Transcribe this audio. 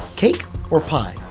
cake or pie?